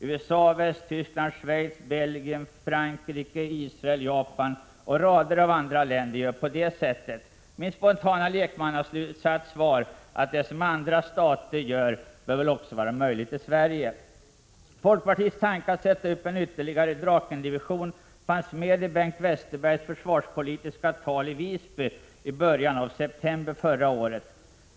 USA, Västtyskland, Schweiz, Belgien, Frankrike, Israel, Japan och rader av andra länder gör på detta sätt. Min spontana lekmannaslutsats var att det som andra stater gör bör kunna vara möjligt att göra också i Sverige. Folkpartiets tanke att sätta upp en ytterligare Drakendivision fanns med i Bengt Westerbergs försvarspolitiska tal i Visby i början av september förra året.